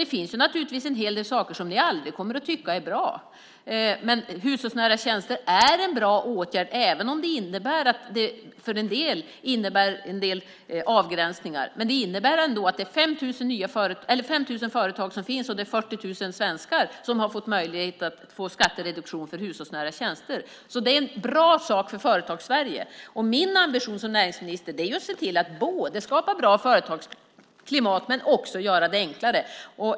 Det finns naturligtvis en hel del saker som ni aldrig kommer att tycka är bra. Men hushållsnära tjänster är en bra åtgärd även om det för en del innebär vissa avgränsningar. Men det innebär ändå att det finns 5 000 företag och 40 000 svenskar som har fått möjlighet att få skattereduktion för hushållsnära tjänster. Det är en bra sak för Företags-Sverige. Min ambition som näringsminister är att se till att både skapa bra företagsklimat och att göra det enklare.